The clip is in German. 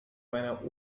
meiner